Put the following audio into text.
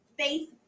faith